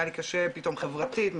היה לי קשה פתאום חברתית,